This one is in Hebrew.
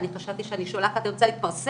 חשבתי שאני שולחת כי אני רוצה להתפרסם.